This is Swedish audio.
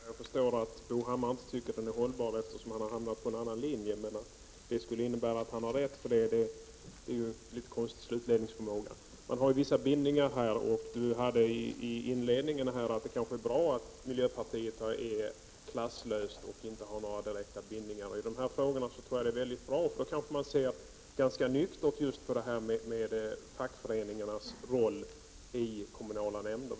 Fru talman! Jag förstår att Bo Hammar inte tycker att den är hållbar, eftersom han har hamnat på en annan linje, men att detta skulle innebära att han har rätt är en konstig slutledning. Han sade inledningsvis att det kanske är bra att miljöpartiet är klasslöst och inte har några direkta bindningar. Jag tror att det är mycket bra i dessa frågor. Vi kanske kan se ganska nyktert på fackföreningarnas roll i kommunala nämnder.